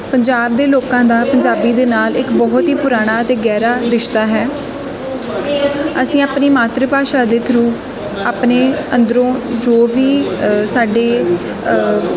ਪੰਜਾਬ ਦੇ ਲੋਕਾਂ ਦਾ ਪੰਜਾਬੀ ਦੇ ਨਾਲ ਇਕ ਬਹੁਤ ਹੀ ਪੁਰਾਣਾ ਅਤੇ ਗਹਿਰਾ ਰਿਸ਼ਤਾ ਹੈ ਅਸੀਂ ਆਪਣੀ ਮਾਤਰ ਭਾਸ਼ਾ ਦੇ ਥਰੂ ਆਪਣੇ ਅੰਦਰੋਂ ਜੋ ਵੀ ਸਾਡੇ